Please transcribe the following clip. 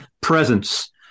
presence